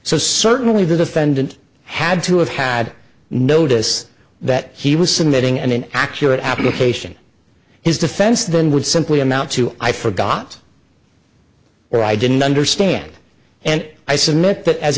so certainly the defendant had to have had notice that he was submitting and an accurate application his defense than would simply amount to i forgot well i didn't understand and i submit that as